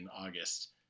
August